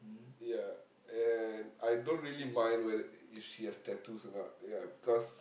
ya and I don't really mind whether if she have tattoos or not ya because